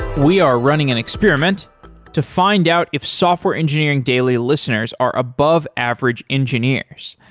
we are running an experiment to find out if software engineering daily listeners are above average engineers.